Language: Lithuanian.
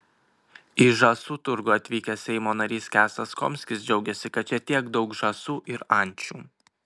į žąsų turgų atvykęs seimo narys kęstas komskis džiaugėsi kad čia tiek daug žąsų ir ančių